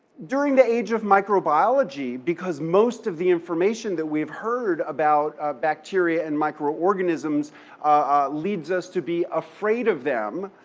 during the age of microbiology because most of the information that we've heard about bacteria and microorganisms leads us to be afraid of them,